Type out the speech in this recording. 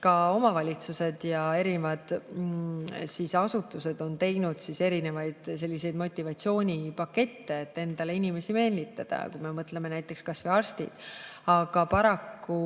ka omavalitsused ja erinevad asutused on teinud erinevaid motivatsioonipakette, et endale inimesi meelitada, kui me mõtleme näiteks kas või arstidele. Aga paraku,